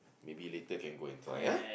maybe later can go and try ah